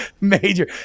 Major